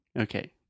Okay